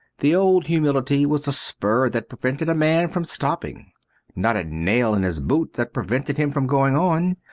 the old humility was a spur that prevented a man from stopping not a nail in his boot that prevented him from going on.